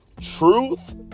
truth